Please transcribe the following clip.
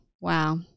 Wow